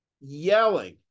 Yelling